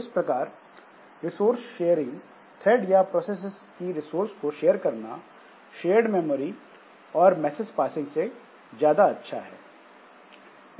इस प्रकार resource sharing thread या प्रोसेस की रिसोर्स को शेयर करना शेयर्ड मेमोरी और मैसेज पासिंग से ज्यादा अच्छा है